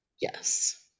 yes